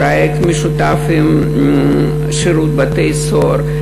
פרויקט משותף עם שירות בתי-הסוהר,